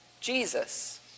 Jesus